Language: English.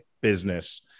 business